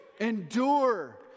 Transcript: Endure